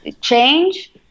change